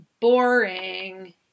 boring